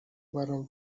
برام